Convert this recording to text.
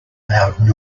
loud